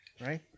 Right